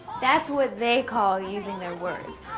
that's what they call using their words.